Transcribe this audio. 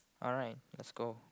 alright let's go